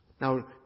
Now